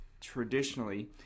traditionally